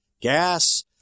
gas